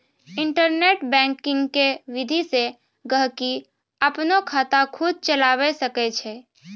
internet banking के विधि से गहकि अपनो खाता खुद चलावै सकै छै